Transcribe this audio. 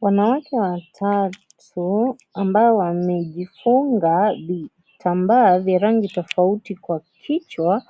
Wanawake watatu ambao wamejifunga vitambaa vya rangi tofauti kwa kichwa